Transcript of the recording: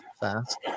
fast